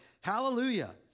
Hallelujah